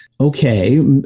okay